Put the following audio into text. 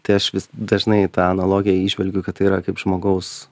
tai aš vis dažnai tą analogiją įžvelgiu kad tai yra kaip žmogaus